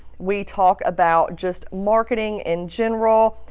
we talked about just marketing in general,